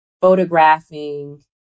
photographing